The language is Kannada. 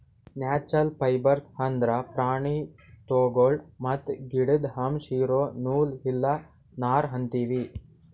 ನ್ಯಾಚ್ಛ್ರಲ್ ಫೈಬರ್ಸ್ ಅಂದ್ರ ಪ್ರಾಣಿ ತೊಗುಲ್ ಮತ್ತ್ ಗಿಡುದ್ ಅಂಶ್ ಇರೋ ನೂಲ್ ಇಲ್ಲ ನಾರ್ ಅಂತೀವಿ